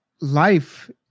Life